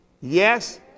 Yes